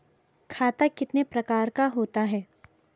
खाता कितने प्रकार का होता है?